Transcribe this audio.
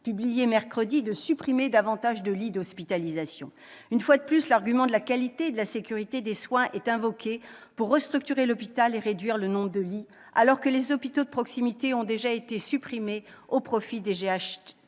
publié mercredi dernier, de supprimer davantage de lits d'hospitalisation. Une fois de plus, l'argument de la qualité et de la sécurité des soins est invoqué pour restructurer l'hôpital et réduire le nombre de lits, alors que les hôpitaux de proximité ont déjà été supprimés au profit de